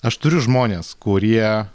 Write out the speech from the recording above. aš turiu žmones kurie